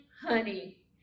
honey